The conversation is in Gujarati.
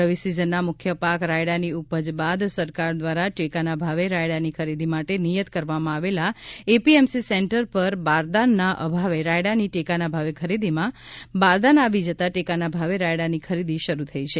રવિ સિઝનના મુખ્ય પાક રાયડા ની ઉપજ બાદ સરકાર દ્વારા ટેકા ના ભાવે રાયડા ની ખરીદી માટે નિયત કરવામાં આવેલ એપીએમસી સેન્ટર પર બારદાન ના અભાવે રાયડા ની ટેકાના ભાવે ખરીદીમાં બારદાન આવી જતા ટેકાના ભાવે રાયડા ની ખરીદી શરૂ થઈ છે